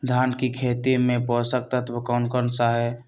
धान की खेती में पोषक तत्व कौन कौन सा है?